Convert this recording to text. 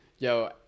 Yo